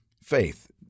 faith